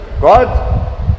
God